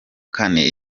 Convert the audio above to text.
kane